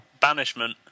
Banishment